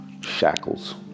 shackles